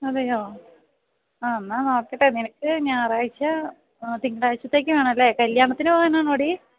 അതെയോ ആ എന്നാൽ നോക്കട്ടെ നിനക്ക് ഞായറാഴ്ച തിങ്കളാഴ്ചത്തേക്ക് വേണമല്ലേ കല്യാണത്തിന് പോകാനാണോടീ